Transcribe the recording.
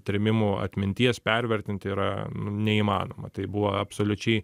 trėmimų atminties pervertint yra nu neįmanoma tai buvo absoliučiai